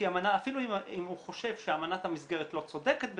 אפילו אם הוא חושב שאמנת המסגרת לא צודקת בזה,